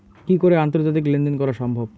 কি করে আন্তর্জাতিক লেনদেন করা সম্ভব?